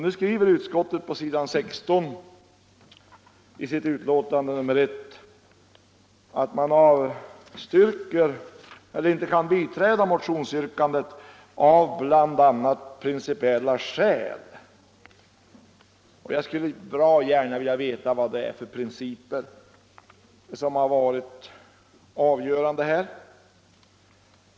Utskottet skriver på s. 16 i sitt betänkande att man bl.a. av principiella skäl inte kan biträda motionsyrkandet. Jag skulle bra gärna vilja veta vad det är för principiella skäl som varit avgörande här.